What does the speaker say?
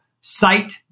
sight